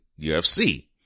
UFC